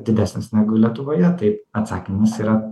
didesnis negu lietuvoje tai atsakymas yra